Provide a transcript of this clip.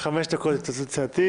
חמש דקות התייעצות סיעתית.